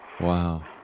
Wow